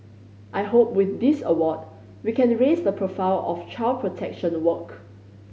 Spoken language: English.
I hope with this award we can raise the profile of child protection work